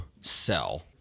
sell